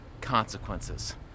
consequences